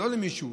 לא למישהו,